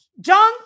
John